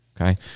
Okay